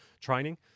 training